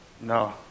No